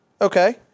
Okay